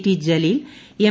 T Jaleel M